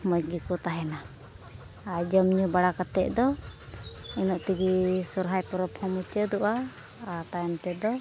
ᱢᱚᱡᱽ ᱜᱮᱠᱚ ᱛᱟᱦᱮᱱᱟ ᱟᱨ ᱡᱚᱢᱼᱧᱩ ᱵᱟᱲᱟ ᱠᱟᱛᱮᱫ ᱫᱚ ᱤᱱᱟᱹᱜ ᱛᱮᱜᱮ ᱥᱚᱨᱦᱟᱭ ᱯᱚᱨᱚᱵᱽᱦᱚᱸ ᱢᱩᱪᱟᱹᱫᱚᱜᱼᱟ ᱟᱨ ᱛᱟᱭᱚᱢ ᱛᱮᱫᱚᱚ